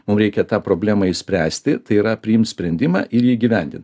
mum reikia tą problemą išspręsti tai yra priimt sprendimą ir jį įgyvendint